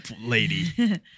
lady